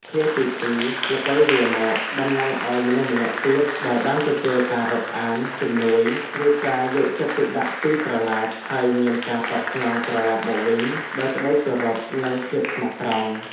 ឃ្លាទីពីរ "ល្ពៅវារមក" តំណាងឲ្យមនុស្សម្នាក់ទៀតដែលបានទទួលការរាប់អាន ជំនួយ ឬការយកចិត្តទុកដាក់ពី "ត្រឡាច" ហើយមានការតបស្នងត្រឡប់មកវិញដោយក្តីគោរព និងភាពស្មោះត្រង់។